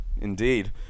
Indeed